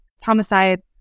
homicide